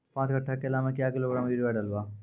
पाँच कट्ठा केला मे क्या किलोग्राम यूरिया डलवा?